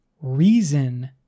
reason